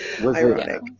ironic